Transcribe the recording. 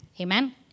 Amen